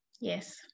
Yes